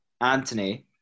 Anthony